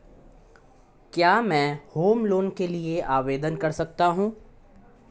क्या मैं home loan के लिए आवेदन कर सकता हूं?